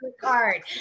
card